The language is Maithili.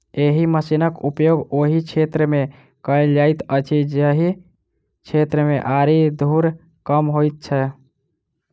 एहि मशीनक उपयोग ओहि क्षेत्र मे कयल जाइत अछि जाहि क्षेत्र मे आरि धूर कम होइत छै